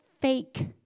fake